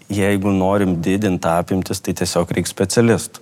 jeigu norim didint apimtis tai tiesiog reik specialistų